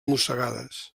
mossegades